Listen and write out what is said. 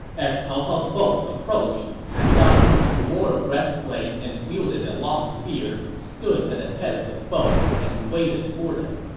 as cao cao's boats approached, han dang, who wore a breastplate and wielded a long spear, stood at the head of his boat and waited for them.